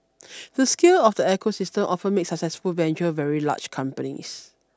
the scale of the ecosystem often makes successful ventures very large companies